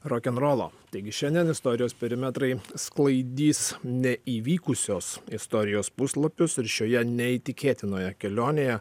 rokenrolo taigi šiandien istorijos perimetrai sklaidys neįvykusios istorijos puslapius ir šioje neįtikėtinoje kelionėje